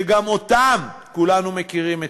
שגם אותם כולנו מכירים היטב: